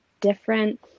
different